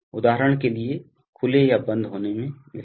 उदाहरण के लिए खुले या बंद होने में विफल